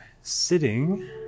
sitting